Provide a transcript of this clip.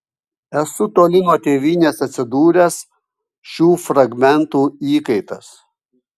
esu toli nuo tėvynės atsidūręs šių fragmentų įkaitas